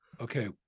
okay